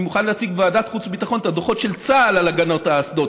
אני מוכן להציג בוועדת החוץ והביטחון את הדוחות של צה"ל על הגנת האסדות,